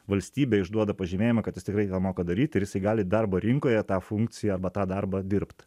valstybė išduoda pažymėjimą kad jis tikrai tą moka daryti ir jisai gali darbo rinkoje tą funkciją arba tą darbą dirbt